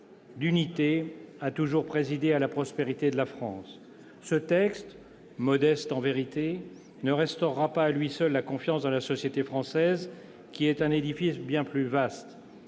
d'unité a toujours présidé à la prospérité de la France. Ce texte, modeste en vérité, ne restaurera pas à lui seul la confiance dans la société française, qui est un édifice bien plus vaste.